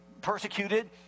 persecuted